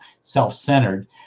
self-centered